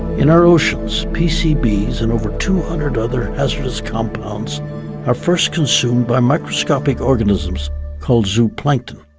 in our oceans pcb's and over two hundred other hazardous compounds are first consumed by microscopic organisms called zoo-plankton.